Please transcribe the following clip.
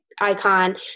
icon